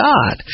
God